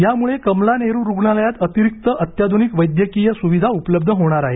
यामुळे कमला नेहरू रुग्णालयात अतिरिक्त अत्याधुनिक वैद्यकीय सुविधां उपलब्ध होणार आहेत